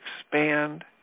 expand